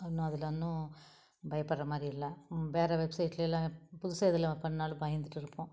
இன்னும் அதில் இன்னும் பயப்பட்ற மாதிரி இல்லை வேற வெப்சைட்லேலாம் புதுசாக எதில் பண்ணாலும் பயந்துகிட்டு இருப்போம்